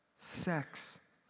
Sex